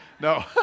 No